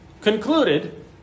concluded